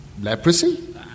Leprosy